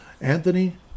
Anthony